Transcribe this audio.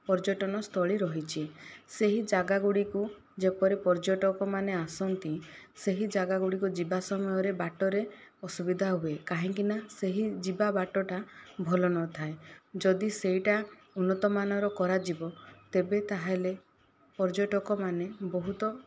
ପର୍ଯ୍ୟଟନ ସ୍ଥଳି ରହିଛି ସେହି ଯାଗା ଗୁଡ଼ିକୁ ଯେପରି ପର୍ଯ୍ୟଟକ ମାନେ ଆସନ୍ତି ସେହି ଯାଗା ଗୁଡ଼ିକ ଯିବା ସମୟରେ ବାଟରେ ଅସୁବିଧା ହୁଏ କାହିଁକି ନା ସେହି ଯିବା ବାଟଟା ଭଲ ନଥାଏ ଯଦି ସେହିଟା ଉନ୍ନତ ମାନର କରାଯିବ ତେବେ ତା'ହେଲେ ପର୍ଯ୍ୟଟକ ମାନେ ବହୁତ